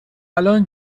الان